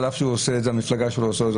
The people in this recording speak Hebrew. על אף שהמפלגה של ראש העיר עושה את זה,